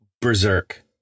berserk